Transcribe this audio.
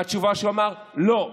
והתשובה שהוא אמר: לא.